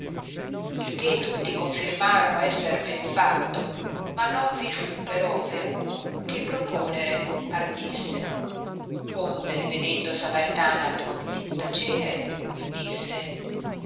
il che tutti confirmarono esser ben fatto ma non vi fu però veruno che proponere ardisse onde vedendo samaritana tutti tacere disse